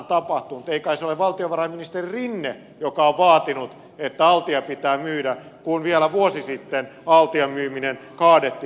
ei kai se ole valtiovarainministeri rinne joka on vaatinut että altia pitää myydä kun vielä vuosi sitten altian myyminen kaadettiin